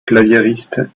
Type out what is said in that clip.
claviériste